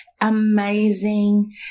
amazing